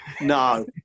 No